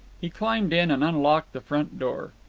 he climbed in and unlocked the front door.